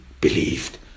believed